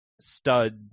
stud